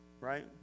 Right